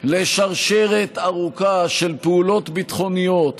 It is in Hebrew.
לשרשרת ארוכה של פעולות ביטחוניות